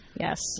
yes